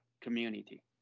community